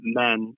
men